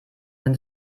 sind